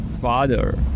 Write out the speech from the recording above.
father